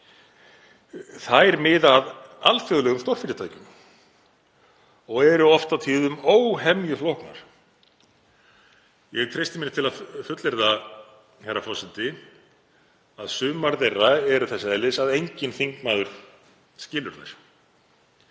Þær miða að alþjóðlegum stórfyrirtækjum og eru oft og tíðum óhemjuflóknar. Ég treysti mér til að fullyrða, herra forseti, að sumar þeirra eru þess eðlis að enginn þingmaður skilur þær.